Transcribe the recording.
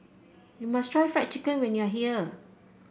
you must try Fried Chicken when you are here